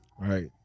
Right